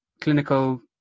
clinical